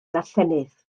darllenydd